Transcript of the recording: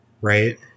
Right